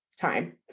time